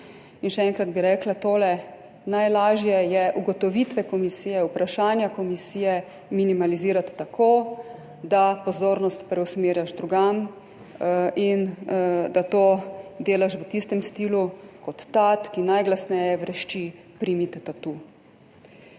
In še enkrat bi rekla tole: najlažje je ugotovitve komisije, vprašanja komisije minimalizirati tako, da pozornost preusmerjaš drugam in da to delaš v stilu kot tat, ki najglasneje vrešči, primite tatu.